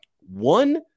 One